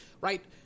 right